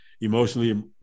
emotionally